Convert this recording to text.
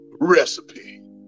recipe